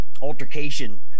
altercation